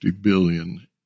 billion